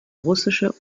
russische